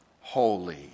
holy